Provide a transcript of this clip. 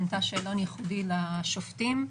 בנתה שאלון ייחודי לשופטים,